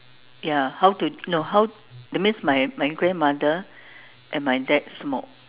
ya how to no how that means my my grandmother and my dad smoke